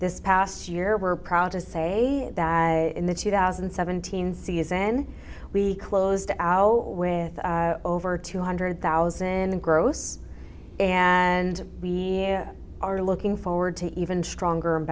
this past year we're proud to say that in the two thousand and seventeen season we closed out with over two hundred thousand gross and we are looking forward to even stronger and